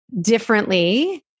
differently